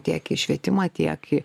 tiek į švietimą tiek